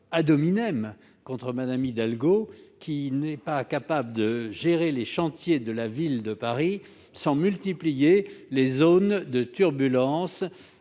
attaque contre Mme Hidalgo, qui n'est pas capable de gérer les chantiers de la ville de Paris sans multiplier les zones de turbulences,